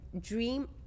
dream